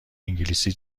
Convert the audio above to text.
انگلیسی